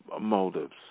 motives